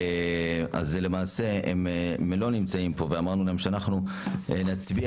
הם לא נמצאים כאן ואמרנו להם שאנחנו נצביע